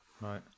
Right